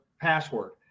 password